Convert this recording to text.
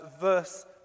Verse